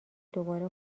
دوباره